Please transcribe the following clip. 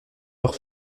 leurs